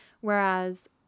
whereas